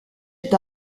est